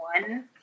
one